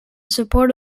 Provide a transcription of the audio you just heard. support